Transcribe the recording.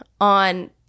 on